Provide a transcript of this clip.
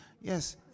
Yes